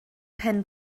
pen